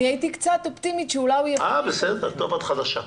אני הייתי קצת אופטימית --- טוב, בסדר, את חדשה.